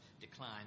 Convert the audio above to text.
decline